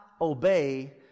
obey